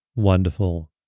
wonderful